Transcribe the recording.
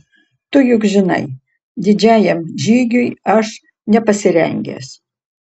tu juk žinai didžiajam žygiui aš nepasirengęs